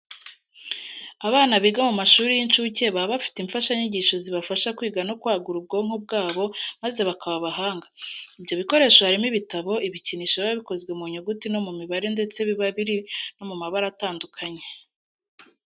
Abana biga mu mashuri y'incuke baba bafite imfashanyigisho zibafasha kwiga no kwagura ubwonko bwabo maze bakaba abahanga. Ibyo bikoresho harimo ibitabo, ibikinisho biba bikozwe mu nyuguti no mu mibare ndetse biba biri no mu mabara atandukanye.